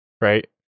Right